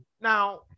Now